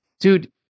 dude